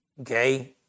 okay